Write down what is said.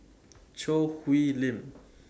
Choo Hwee Lim